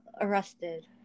arrested